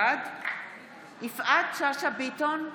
בעד יפעת שאשא ביטון,